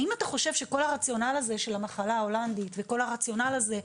האם אתה חושב שכל הרציונל הזה של המחלה ההולנדית וכל הרציונל הזה,